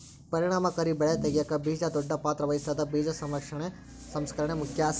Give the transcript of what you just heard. ಪರಿಣಾಮಕಾರಿ ಬೆಳೆ ತೆಗ್ಯಾಕ ಬೀಜ ದೊಡ್ಡ ಪಾತ್ರ ವಹಿಸ್ತದ ಬೀಜ ಸಂರಕ್ಷಣೆ ಸಂಸ್ಕರಣೆ ಮುಖ್ಯ